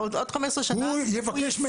עוד 15 שנה הוא יפנה.